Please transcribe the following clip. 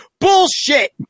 Bullshit